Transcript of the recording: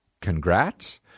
congrats